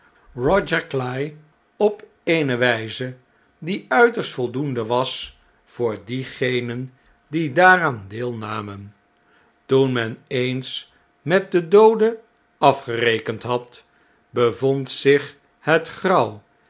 cly op eene wijze die uiterst voldoende was voor diegenen die daaraan deelnamen toen men eens met den doode afgerekend had bevond zich het grauw